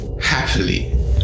happily